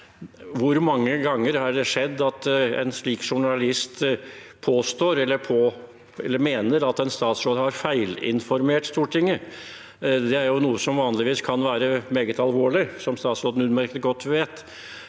Hvor mange ganger har det skjedd at en slik journalist påstår, eller mener, at en statsråd har feilinformert Stortinget? Det er jo noe som vanligvis kan være meget alvorlig, som statsråden utmerket godt vet.